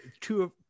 two